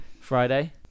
Friday